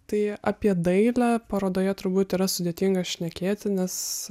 tai apie dailę parodoje turbūt yra sudėtinga šnekėti nes